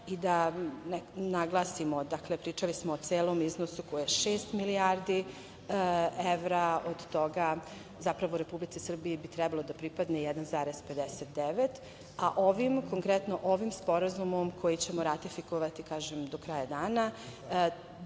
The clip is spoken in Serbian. i da naglasimo, pričali smo o celom iznosu koji je 6 milijardi evra, od toga zapravo Republici Srbiji bi trebalo da pripadne 1,59 a ovim konkretno ovim sporazumom koji ćemo ratifikovati do kraja dana,